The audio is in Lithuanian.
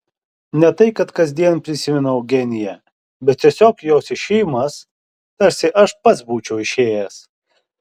ne tai kad kasdien prisimenu eugeniją bet tiesiog jos išėjimas tarsi aš pats būčiau išėjęs